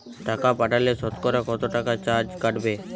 টাকা পাঠালে সতকরা কত টাকা চার্জ কাটবে?